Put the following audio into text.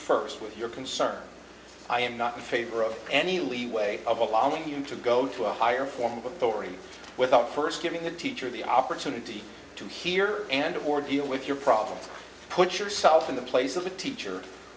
first with your concern i am not in favor of any leeway of allowing him to go to a higher form of authority without first giving the teacher the opportunity to hear and or view with your problem put yourself in the place of a teacher or